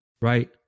Right